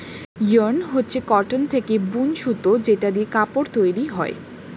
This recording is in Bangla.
ইয়ার্ন হচ্ছে কটন থেকে বুন সুতো যেটা দিয়ে কাপড় তৈরী হয়